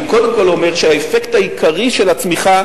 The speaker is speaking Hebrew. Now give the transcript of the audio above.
אני קודם כול אומר שהאפקט העיקרי של הצמיחה